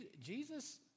Jesus